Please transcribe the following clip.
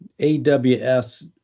AWS